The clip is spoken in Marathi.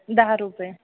दहा रुपये